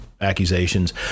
accusations